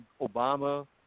Obama